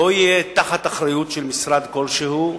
לא יהיה תחת אחריות של משרד כלשהו,